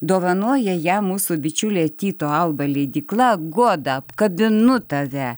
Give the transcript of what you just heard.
dovanoja ją mūsų bičiulė tyto alba leidykla goda apkabinu tave